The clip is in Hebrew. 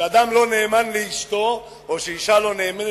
כשאדם לא נאמן לאשתו או כשאשה לא נאמנה